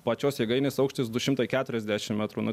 pačios jėgainės aukštis du šimtai keturiasdešim metrų nu